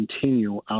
continue